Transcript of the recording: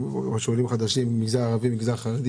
החדשים, המגזר הערבי והחרדי?